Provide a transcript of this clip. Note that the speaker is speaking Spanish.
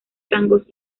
tangos